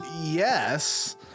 yes